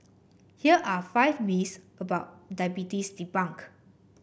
here are five myths about diabetes debunked